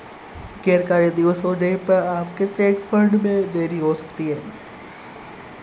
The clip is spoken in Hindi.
गैर कार्य दिवस होने पर आपके चेक फंड में देरी हो सकती है